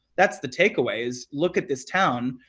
that's the takeaway is look at this town,